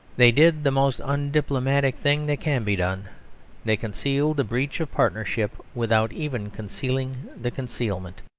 they did the most undiplomatic thing that can be done they concealed a breach of partnership without even concealing the concealment.